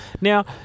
Now